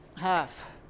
half